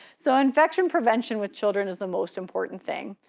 so infection prevention with children is the most important thing.